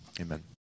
Amen